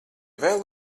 vēl